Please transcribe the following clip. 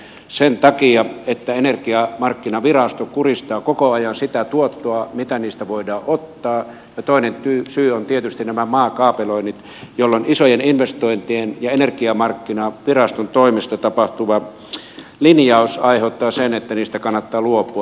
sen takia että energiamarkkinavirasto kuristaa koko ajan sitä tuottoa mitä niistä voidaan ottaa ja toinen syy on tietysti nämä maakaapeloinnit jolloin isojen investointien ja energiamarkkinaviraston toimesta tapahtuva linjaus aiheuttaa sen että niistä kannattaa luopua